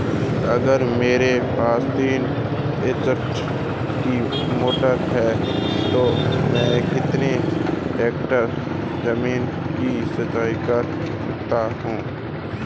अगर मेरे पास तीन एच.पी की मोटर है तो मैं कितने एकड़ ज़मीन की सिंचाई कर सकता हूँ?